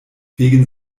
wegen